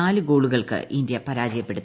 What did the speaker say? നാല് ഗോളുകൾക്ക് ഇന്ത്യ പരാജയപ്പെടുത്തി